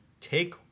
take